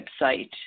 website